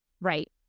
right